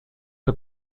que